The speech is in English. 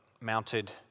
mounted